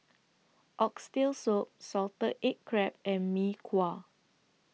Oxtail Soup Salted Egg Crab and Mee Kuah